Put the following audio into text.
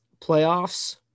playoffs